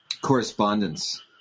correspondence